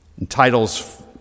entitles